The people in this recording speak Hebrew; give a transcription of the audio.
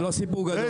זה לא סיפור גדול.